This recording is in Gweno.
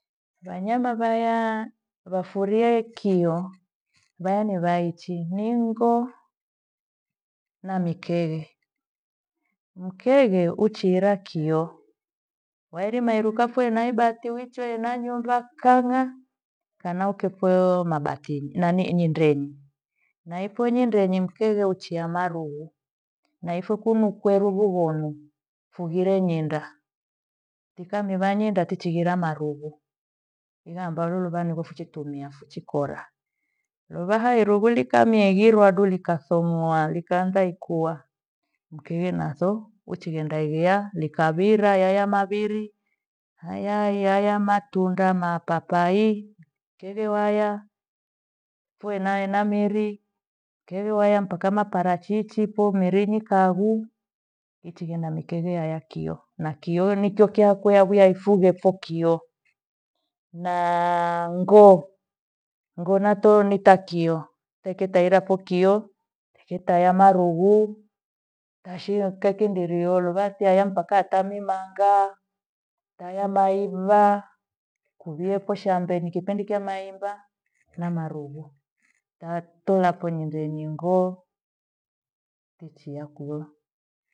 Vanyama vaya vafuriae kio vanuvaichi ningo na mikeghe. Mkeghe ichiira kio wairima irukapho ena ibati uichwee ena nyumba kang'aa kana ukikweo mabatini nanyi inyi ndeni. Naiko nyendeni mkeghe uchie marue na ipho kunu kweru vughonu fughire nyenda. Ukamiva nyenda tichihira marughu, la amba lulu vani vefichumiapho chikora. Lorwa hairo ghulika mie ighirwa adu likathomoa likaadha ikua. Mkeghe nadho uchiria ndaiwia likavira yaya maviri haya- iya ya matunda mapapai, cheghewaya koe nae nameri cheghewaya mpaka maparachichi pho merinyikahu ichi ghena mikeghe yayakio. Na kio nikyo kyakwe yaviwa ephughe pho kio. Na ngo, ngo nato nitakio toketaira pho kio keta ya marughu tashinkhe kindiriolo vathia aya mpaka ata mimanga tayamaiva kuwio koshambe ni kipindi kya maemba namarughu. Taa tola konyienge nyungu vichia kwio